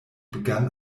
begann